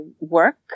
work